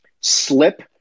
slip